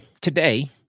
today